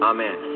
Amen